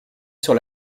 sur